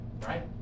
Right